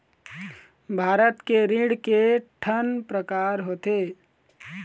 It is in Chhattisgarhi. भारत के ऋण के ठन प्रकार होथे?